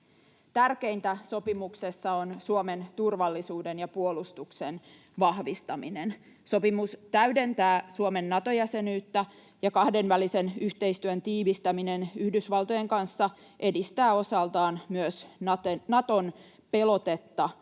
Tärkeintä sopimuksessa on Suomen turvallisuuden ja puolustuksen vahvistaminen. Sopimus täydentää Suomen Nato-jäsenyyttä, ja kahdenvälisen yhteistyön tiivistäminen Yhdysvaltojen kanssa edistää osaltaan myös Naton pelotetta